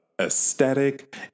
aesthetic